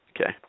Okay